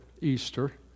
Easter